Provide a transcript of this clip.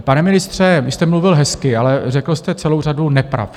Pane ministře, vy jste mluvil hezky, ale řekl jste celou řadu nepravd.